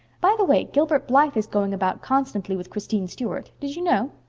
by the way, gilbert blythe is going about constantly with christine stuart. did you know?